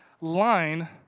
line